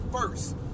first